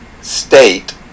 state